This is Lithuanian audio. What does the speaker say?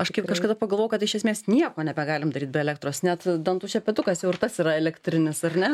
aš kaip kažkada pagalvojau kad iš esmės nieko nebegalim daryt be elektros net dantų šepetukas jau ir tas yra elektrinis ar ne